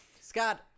Scott